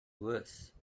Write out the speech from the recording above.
worse